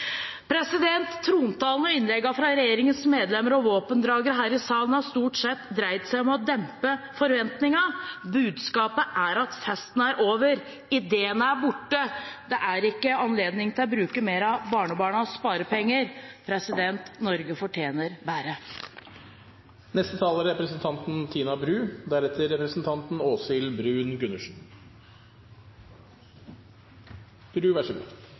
Trontalen og innleggene fra regjeringens medlemmer og våpendragere her i salen har stort sett dreid seg om å dempe forventningene. Budskapet er at festen er over. Ideene er borte. Det er ikke anledning til å bruke mer av barnebarnas sparepenger. Norge fortjener bedre.